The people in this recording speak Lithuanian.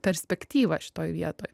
perspektyva šitoj vietoj